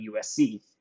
USC